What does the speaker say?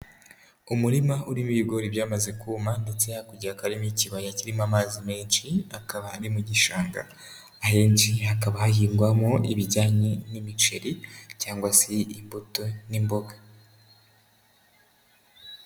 Umurima urimo ibigori byamaze kuma, ndetse hakurya hakaba harimo ikibaya kirimo amazi menshi, akaba ni mu gishanga. Ahenshi hakaba hahingwamo ibijyanye n'imiceri cyangwa se imbuto n'imboga.